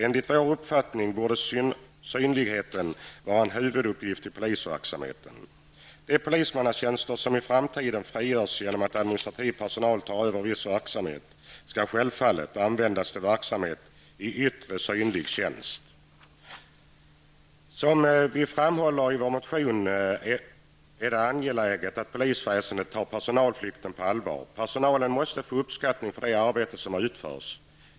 Enligt vår uppfattning borde synligheten vara en huvuduppgift i polisverksamheten. De polismannatjänster som i framtiden frigörs genom att administrativ personal tar över viss verksamhet skall självfallet användas för verksamhet i yttre, synlig tjänst. Som vi framhåller i vår motion är det angeläget att polisväsendet tar personalflykten på allvar. Personalen måste få uppskattning för det arbete som utförs.